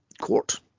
court